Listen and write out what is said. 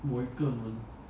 worker